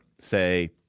say